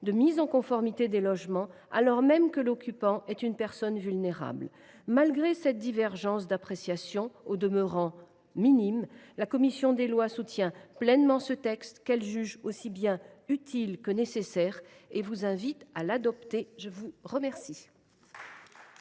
de mise en conformité des logements, alors même que l’occupant est une personne vulnérable. Malgré cette divergence d’appréciation, au demeurant minime, la commission des lois soutient pleinement ce texte, qu’elle juge utile autant que nécessaire, et vous invite à l’adopter. La parole